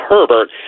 Herbert